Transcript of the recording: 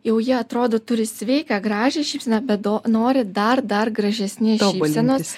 jau jie atrodo turi sveiką gražią šypseną bet do nori dar dar gražesnės šypsenos